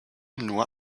nur